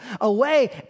away